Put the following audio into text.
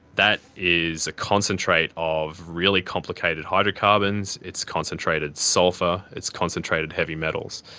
that is a concentrate of really complicated hydrocarbons. it's concentrated sulphur. it's concentrated heavy metals.